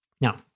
Now